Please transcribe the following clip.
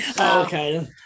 okay